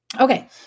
Okay